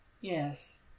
yes